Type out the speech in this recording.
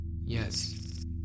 Yes